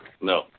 No